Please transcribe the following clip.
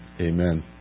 Amen